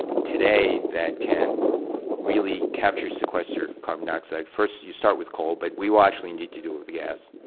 today that can really capture sequester carbon dioxide. first you start with coal, but we will actually need to do the gas.